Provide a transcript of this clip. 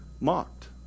mocked